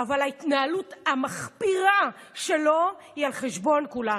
ההתנהלות המחפירה שלו היא על חשבון כולנו.